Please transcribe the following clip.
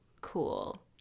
Cool